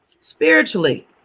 spiritually